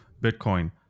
Bitcoin